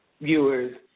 viewers